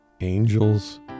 angels